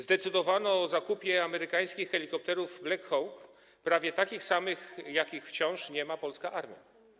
Zdecydowano o zakupie amerykańskich helikopterów Black Hawk, prawie takich samych, jakich wciąż nie ma polska armia.